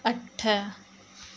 अठ